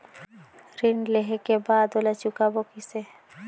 ऋण लेहें के बाद ओला चुकाबो किसे?